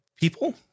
people